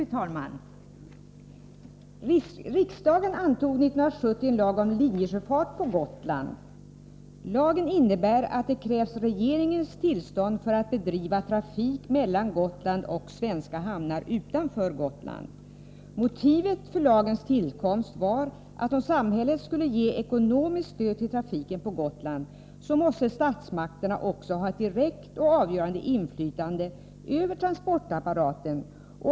Fru talman! Riksdagen antog år 1970 en lag om linjesjöfart på Gotland. Lagen innebär att regeringens tillstånd krävs för att man skall få bedriva linjesjöfart mellan Gotland och svenska hamnar utanför Gotland. Motivet för lagens tillkomst var att om samhället skulle ge ekonomiskt stöd till trafiken på Gotland, så måste statsmakterna också ha ett direkt och avgörande inflytande över transportapparaten.